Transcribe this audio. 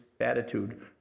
attitude